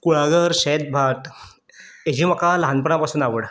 कुळागर शेत भाट हेजी म्हाका ल्हानपणा पासून आवड